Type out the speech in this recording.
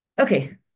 okay